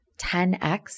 10x